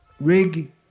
Rig